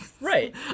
Right